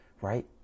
right